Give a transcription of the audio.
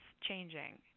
changing